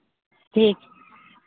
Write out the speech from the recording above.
ᱴᱷᱤᱠ